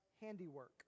handiwork